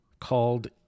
Called